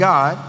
God